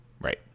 Right